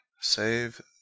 save